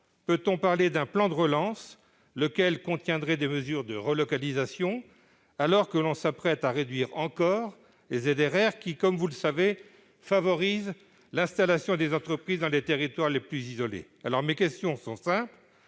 peut-on parler d'un plan de relance, lequel contiendrait des mesures de relocalisation, alors que l'on s'apprête à réduire encore les ZRR, qui, comme on le sait, favorisent l'installation des entreprises dans les territoires les plus isolés ?